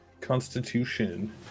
constitution